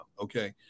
okay